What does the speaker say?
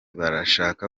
barashaka